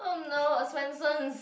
oh no uh Swensen's